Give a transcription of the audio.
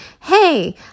hey